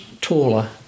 taller